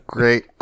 Great